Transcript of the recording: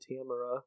Tamara